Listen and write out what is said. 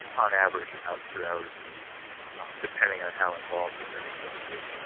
on average, about two hours a week depending on how involved with them you're going to be.